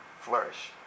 flourish